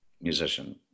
musician